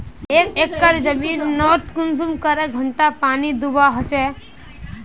एक एकर जमीन नोत कुंसम करे घंटा पानी दुबा होचए?